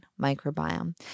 microbiome